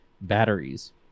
batteries